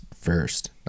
first